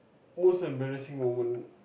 most embarrassing moment